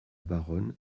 baronne